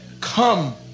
come